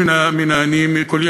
הוא עני.